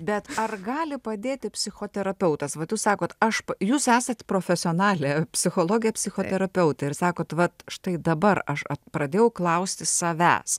bet ar gali padėti psichoterapeutas vat jūs sakot aš jūs esat profesionalė psichologė psichoterapeutė ir sakot vat štai dabar aš pradėjau klausti savęs